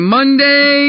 Monday